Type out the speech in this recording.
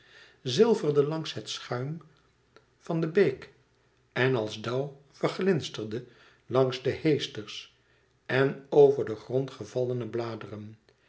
zilverde langs het schuim van de beek en als dauw verglinsterde langs de heesters en de over den grond gevallene bladeren